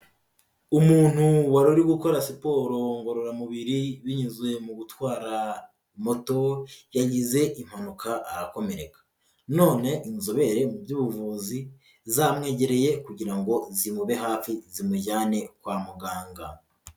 Umuntu wari uri gukora siporo ngororamubiri binyuze mu gutwara moto, yagize impanuka arakomereka none inzobere mu by'ubuvuzi zamwegereye kugira ngo zimube hafi zimujyane kwa muganga.